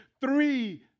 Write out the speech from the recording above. three